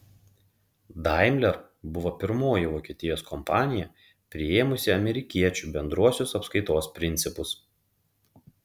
daimler buvo pirmoji vokietijos kompanija priėmusi amerikiečių bendruosius apskaitos principus